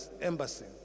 embassy